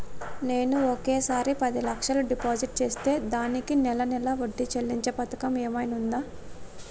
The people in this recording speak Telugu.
నేను ఒకేసారి పది లక్షలు డిపాజిట్ చేస్తా దీనికి నెల నెల వడ్డీ చెల్లించే పథకం ఏమైనుందా?